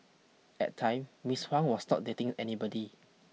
at time Miss Huang was not dating anybody